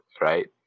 right